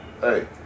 Hey